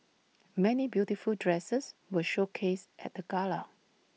many beautiful dresses were showcased at the gala